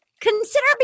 consider